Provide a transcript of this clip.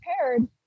prepared